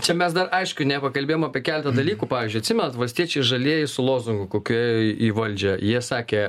čia mes dar aišku nepakalbėjom apie keletą dalykų pavyzdžiui atsimenat valstiečiai ir žalieji su lozungu kokiu ėjo į valdžią jie sakė